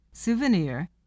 Souvenir